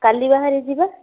କାଲି ବାହାରି ଯିବା